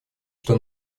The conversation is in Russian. что